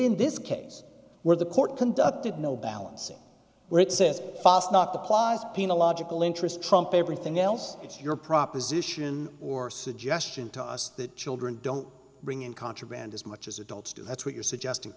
in this case where the court conducted no balancing where it says foss not the plies paying a logical interest trumps everything else it's your proposition or suggestion to us that children don't bring in contraband as much as adults do that's what you're suggesting